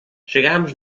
chegamos